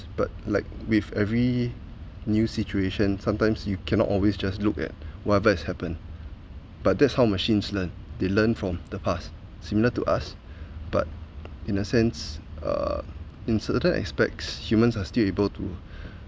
but like with every new situation sometimes you cannot always just look at whatever has happened but that's how machines learn they learn from the past similar to us but in a sense uh in certain aspects humans are still able to